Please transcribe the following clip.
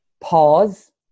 pause